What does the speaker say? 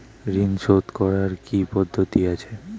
ঋন শোধ করার কি কি পদ্ধতি আছে?